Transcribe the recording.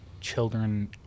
children